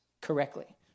correctly